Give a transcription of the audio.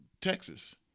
Texas